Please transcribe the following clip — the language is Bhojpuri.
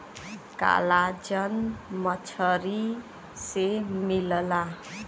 कॉलाजन मछरी से मिलला